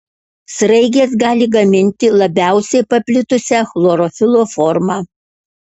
sraigės gali gaminti labiausiai paplitusią chlorofilo formą